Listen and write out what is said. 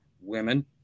women